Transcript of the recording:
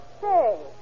Say